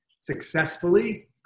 successfully